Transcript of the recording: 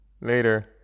later